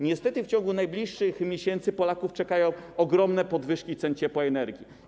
Niestety w ciągu najbliższych miesięcy Polaków czekają ogromne podwyżki cen ciepła i energii.